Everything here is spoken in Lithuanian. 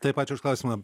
taip ačiū už klausimą